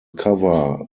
cover